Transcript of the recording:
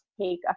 take